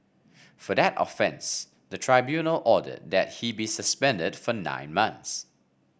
for that offence the tribunal ordered that he be suspended for nine months